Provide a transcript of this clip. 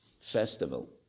festival